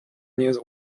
nie